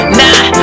nah